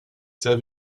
sehr